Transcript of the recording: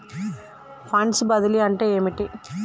Funds బదిలీ అంటే ఏమిటి?